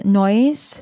noise